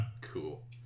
cool